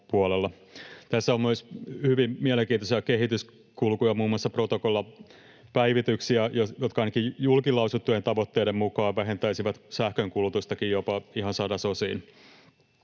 Tässä on myös hyvin mielenkiintoisia kehityskulkuja, muun muassa protokollapäivityksiä, jotka ainakin julkilausuttujen tavoitteiden mukaan vähentäisivät sähkönkulutustakin jopa ihan sadasosiin.